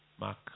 Mark